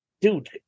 Dude